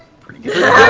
pretty good!